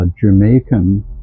jamaican